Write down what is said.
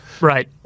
Right